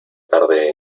tarde